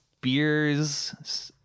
beers